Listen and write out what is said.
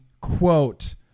quote